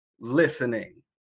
listening